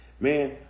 Man